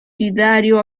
partidario